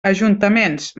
ajuntaments